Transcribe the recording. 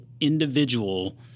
individual